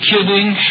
Kidding